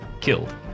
killed